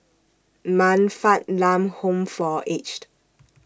Man Fatt Lam Home For Aged